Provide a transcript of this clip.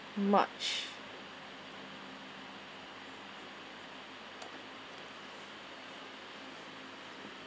march